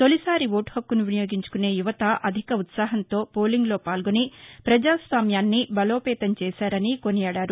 తొలిసారి ఓటు హక్కును వినియోగించుకునే యువత అధిక ఉత్సాహంతో పోలింగ్లో పాల్గొని ప్రజాస్వామ్యాన్ని బలోపేతం చేశారని కొనియాడారు